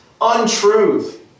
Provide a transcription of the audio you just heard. untruth